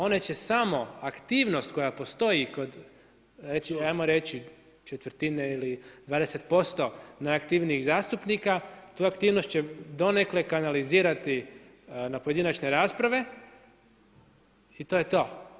One će samo aktivnost koja postoji kod hajmo reći četvrtine ili 20% najaktivnijih zastupnika, tu aktivnost će donekle kanalizirati na pojedinačne rasprave i to je to.